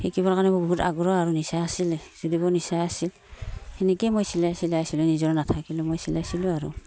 শিকিবৰ কাৰণে মোৰ বহুত আগ্ৰহ আৰু নিচা আছিলে যদিও নিচা আছিল সেনেকৈয়ে মই চিলাই চিলাই আছিলোঁ নিজৰ নাথাকিলেও মই চিলাইছিলোঁ আৰু